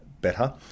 better